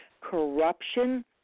corruption